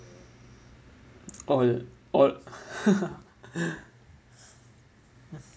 all all